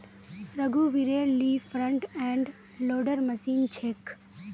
रघुवीरेल ली front end loader machine छेक